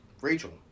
Rachel